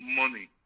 money